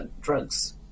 drugs